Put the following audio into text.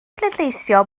bleidleisio